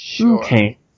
Okay